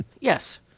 Yes